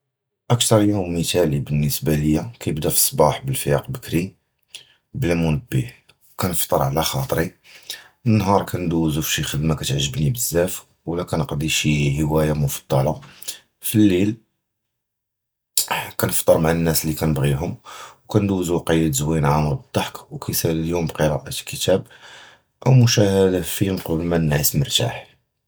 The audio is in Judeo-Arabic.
אַכְתַּר יוּם מֻתַלִי בִּנְסְבָּה לִיָּא קִיְבְדָא פִיּוּסְבַּاح בַּפְיַאק בְּקְרִי בְלָא מַנְבֶּה, קִנְפְטַר עַל חַאֻתְרִי, הַנַּהָאר קִנְדּוּזוּ פִשִי חֻ'דְמָה קִתְעַגְ'בְנִי בְזַאפ וְלָא קִנְקֻדִּי שִי חֻוִיָּה מֻפַדַּלָה, פַלְלֵיל, תְא אַה קִנְפְטַר מַעַ הַנַּאס לִי קִנְבְגִיהוּם וְקִנְדּוּזוּ, וְקִיְת זְווִין עַאמְר בַּדְדַחְק וְקִיְסָאלִי הַיּוּם בִּקְרִיאַת קִתָּאב, וְאוּ מוּשְחַדַה פִילְם קְבַל מַאן נִעְס מֻרְתַאח.